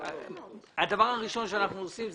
הדבר הראשון שאנחנו עושים,